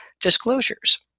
disclosures